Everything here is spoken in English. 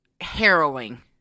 harrowing